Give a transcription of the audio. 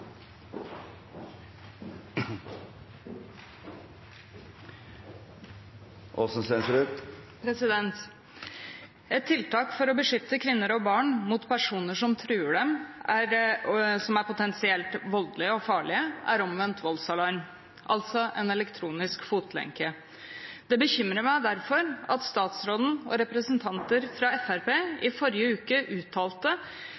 Et tiltak for å beskytte kvinner og barn mot personer som truer dem, og som er potensielt voldelige og farlige, er omvendt voldsalarm, altså en elektronisk fotlenke. Det bekymrer meg derfor at statsråden og representanter fra